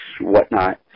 whatnot